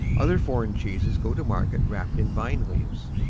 other foreign cheeses go to market wrapped in vine leaves.